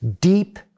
Deep